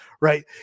right